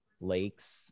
lakes